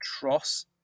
Tross